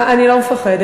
אני לא מפחדת.